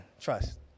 Trust